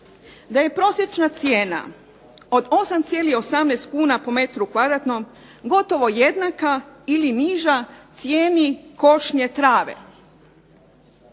da je prosječna cijena od 8,18 kuna po m2 gotovo jednaka ili niža cijeni košnje trave?